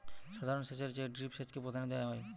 সাধারণ সেচের চেয়ে ড্রিপ সেচকে প্রাধান্য দেওয়া হয়